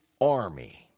army